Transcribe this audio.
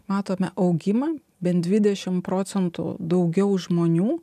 matome augimą bent dvidešimt procentų daugiau žmonių